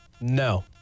no